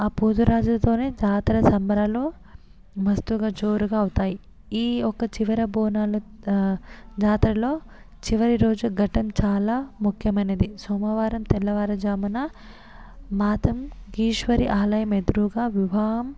ఆ పోతురాజుతోనే జాతర సంబరాలలో మస్తుగా జోరుగా అవుతాయి ఈ ఒక్క చివర బోనాలు జాతరలో చివరి రోజు ఘటం చాలా ముఖ్యమైనది సోమవారం తెల్లవారుజామున మాతంఘీశ్వరి ఆలయం ఎదురుగా వివాహం